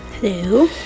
Hello